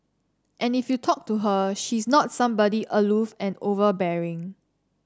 and if you talk to her she's not somebody aloof and overbearing